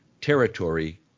territory